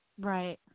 Right